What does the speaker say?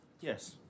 Yes